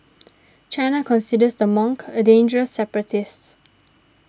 China considers the monk a dangerous separatist